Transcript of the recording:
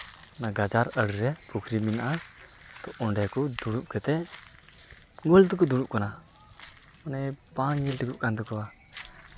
ᱚᱱᱟ ᱜᱟᱡᱟᱲ ᱟᱬᱮ ᱨᱮ ᱯᱩᱠᱷᱨᱤ ᱢᱮᱱᱟᱜᱼᱟ ᱚᱸᱰᱮ ᱠᱚ ᱫᱩᱲᱩᱵ ᱠᱟᱛᱮᱫ ᱜᱳᱞ ᱛᱮᱠᱚ ᱫᱩᱲᱩᱵ ᱠᱟᱱᱟ ᱢᱟᱱᱮ ᱵᱟᱝ ᱧᱮᱞ ᱴᱷᱤᱠᱚᱜ ᱠᱟᱱ ᱛᱟᱠᱚᱣᱟ